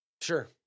Sure